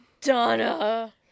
Donna